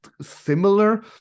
similar